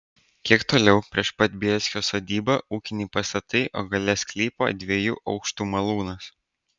kiek toliau prieš pat bielskio sodybą ūkiniai pastatai o gale sklypo dviejų aukštų malūnas